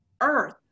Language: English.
earth